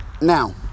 Now